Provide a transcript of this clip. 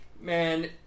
Man